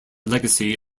legacy